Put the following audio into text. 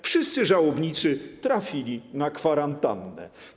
Wszyscy żałobnicy trafili na kwarantannę.